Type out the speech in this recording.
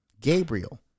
Gabriel